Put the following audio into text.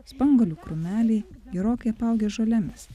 spanguolių krūmeliai gerokai apaugę žolėmis